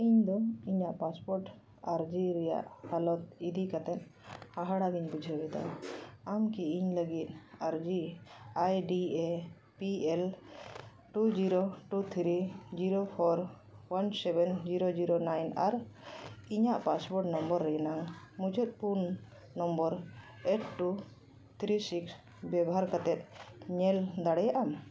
ᱤᱧᱫᱚ ᱤᱧᱟᱹᱜ ᱯᱟᱥᱯᱳᱨᱴ ᱟᱨᱡᱤ ᱨᱮᱭᱟᱜ ᱦᱟᱞᱚᱛ ᱤᱫᱤ ᱠᱟᱛᱮᱫ ᱦᱟᱦᱟᱲᱟᱜ ᱜᱤᱧ ᱵᱩᱡᱷᱟᱣᱮᱫᱟ ᱟᱢ ᱠᱤ ᱤᱧ ᱞᱟᱹᱜᱤᱫ ᱟᱨᱡᱤ I D A P L two zero two three zero four one seven zero zero nine ᱟᱨ ᱤᱧᱟᱝ ᱯᱟᱥᱵᱩᱠ ᱱᱚᱢᱵᱚᱨ ᱨᱮᱱᱟᱝ ᱢᱩᱪᱟᱹᱫ ᱯᱩᱱ number eight two three six ᱵᱮᱵᱚᱦᱟᱨ ᱠᱟᱛᱮᱫ ᱧᱮᱞ ᱫᱟᱲᱮᱭᱟᱜ ᱟᱢ